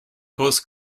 coast